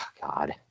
God